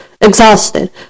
exhausted